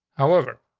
however,